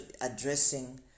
addressing